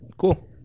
cool